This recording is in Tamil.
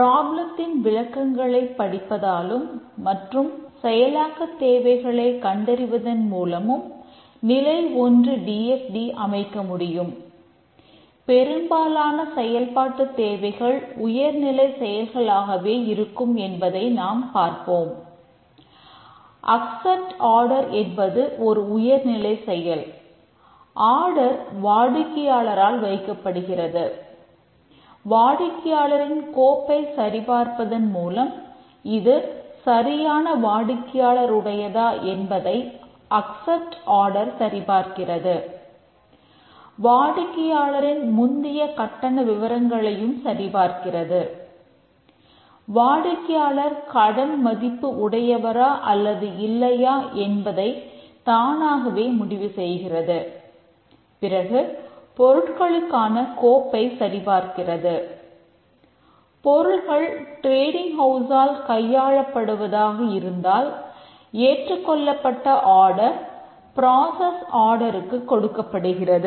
ப்ராப்ளத்தின் விளக்கங்களைப் படிப்பதாலும் மற்றும் செயலாக்கத் தேவைகளைக் கண்டறிவதன் மூலமும் நிலை 1 ன் டி எஃப் டி க்கு கொடுக்கப்படுகிறது